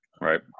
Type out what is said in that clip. Right